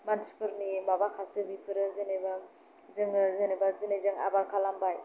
मानसिफोरनि माबाखासो बेफोरो जेनेबा जोङो जेनेबा दिनै जों आबाद खालामबाय